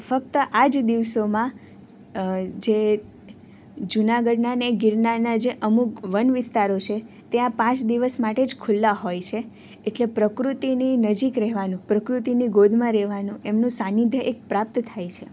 ફક્ત આ જ દિવસોમાં જે જૂનાગઢના ને ગિરનારના જે અમુક વન વિસ્તારો છે ત્યાં પાંચ દિવસ માટે જ ખુલ્લા હોય છે એટલે પ્રકૃતિની નજીક રહેવાનું પ્રકૃતિની ગોદમાં રહેવાનું એમનું સાનિધ્ય એક પ્રાપ્ત થાય છે